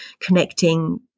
connecting